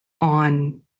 on